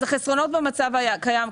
החסרונות במצב הקיים,